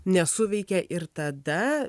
nesuveikia ir tada